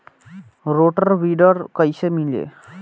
Rotor weeder कईसे मिले?